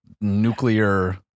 nuclear